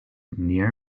near